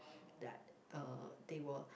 that uh they were